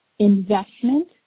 investment